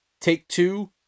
Take-Two